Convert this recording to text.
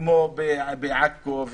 כמו: עכו,